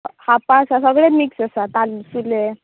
खापां आसा सगळें मिक्स आसा तांसुलें